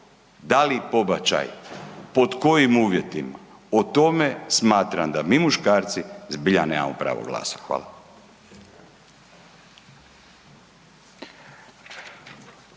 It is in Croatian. da li pobačaj, pod kojim uvjetima o tome smatram da mi muškarci zbilja nemamo pravo glasa. Hvala.